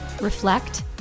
reflect